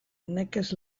nekez